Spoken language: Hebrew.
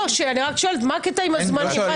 אני שואלת מה הקטע הם הזמנים?